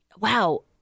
wow